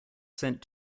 sent